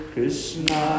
Krishna